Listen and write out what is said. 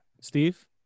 Steve